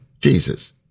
Jesus